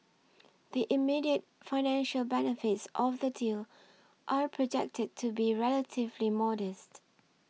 the immediate financial benefits of the deal are projected to be relatively modest